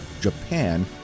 Japan